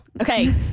Okay